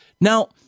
Now